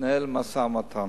התנהל משא-ומתן